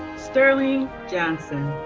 sterling johnson.